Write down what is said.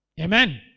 Amen